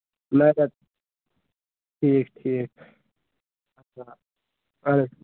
نَوِ ریٚتہٕ ٹھیٖک ٹھیٖک اَہن حظ